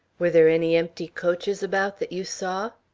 were there any empty coaches about that you saw?